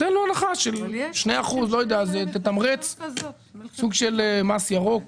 ניתן לו הנחה של 2%. זה יתמרץ סוג של מס ירוק.